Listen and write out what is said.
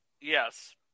Yes